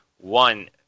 one